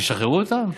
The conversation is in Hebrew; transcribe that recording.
שישחררו אותם?